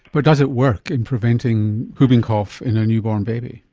but does it work in preventing whooping cough in a newborn baby?